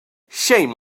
shame